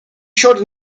short